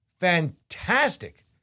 fantastic